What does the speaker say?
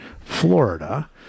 Florida